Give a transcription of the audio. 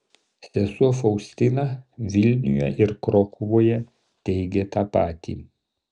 sesuo faustina vilniuje ir krokuvoje teigė tą patį